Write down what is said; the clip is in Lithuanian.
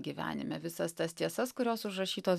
gyvenime visas tas tiesas kurios užrašytos